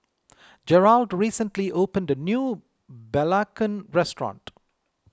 Gearld recently opened a new Belacan restaurant